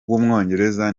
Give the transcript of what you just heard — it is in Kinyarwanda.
w’umwongereza